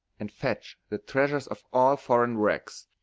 and fetch the treasure of all foreign wrecks,